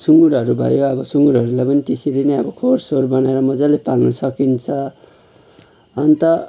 सुँगुरहरू भयो अब सुँगुरहरूलाई पनि अब त्यसरी नै अब खोरसोर बनाएर मजाले पाल्नु सकिन्छ अन्त